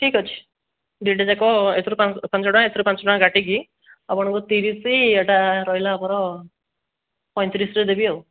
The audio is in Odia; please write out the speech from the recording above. ଠିକ୍ ଅଛି ଦୁଇଟାଯାକ ଏଥିରୁ ପାଞ୍ଚ ଟଙ୍କା ଏଥିରେ ପାଞ୍ଚ ଟଙ୍କା କାଟିକି ଆପଣଙ୍କୁ ତିରିଶି ଏଇଟା ରହିଲା ଆମର ପଇଁତିରିଶରେ ଦେବି ଆଉ